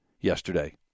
yesterday